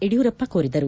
ಯಡಿಯೂರಪ್ಪ ಕೋರಿದರು